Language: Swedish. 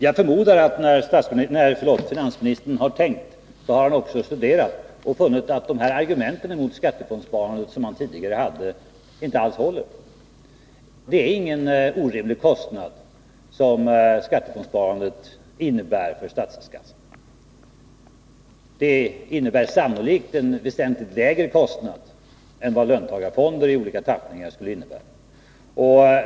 Jag förmodar att när finansministern har tänkt, har han också studerat och funnit att dessa argument, som han tidigare framförde mot skattefondssparandet, inte alls håller. Skattefondssparandet innebär ingen orimlig kostnad för statskassan. Det innebär sannolikt en väsentligt lägre kostnad än vad löntagarfonder i olika tappningar skulle innebära.